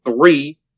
three